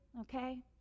okay